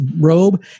robe